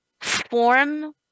form